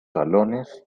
salones